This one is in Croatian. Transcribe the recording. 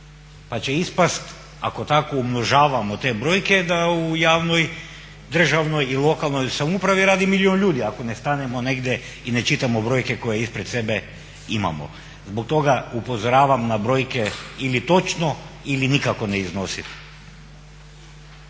Pa će ispasti ako tako umnožavamo te brojke da u javnoj državnoj i lokalnoj samoupravi radi milijun ljudi ako ne stanemo negdje i ne čitamo brojke koje ispred sebe imamo. Zbog toga upozoravam na brojke, ili točno ili nikako ne iznositi.